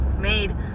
made